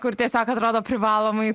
kur tiesiog atrodo privalomai